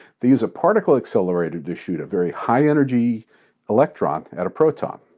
they use a particle accelerator to shoot a very high energy electron at a proton.